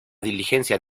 diligencia